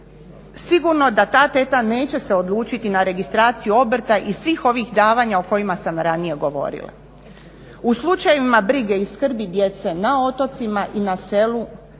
Sigurno da ta teta neće se odlučiti na registraciju obrta i svih ovih davanja o kojima sam ranije govorila. U slučajevima brige i skrbi djece na otocima i na selu